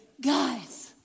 Guys